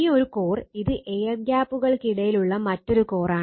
ഈ ഒരു കോർ ഇത് എയർ ഗ്യാപ്പുകൾക്കിടയിലുള്ള മറ്റൊരു കോറാണ്